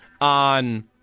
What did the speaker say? on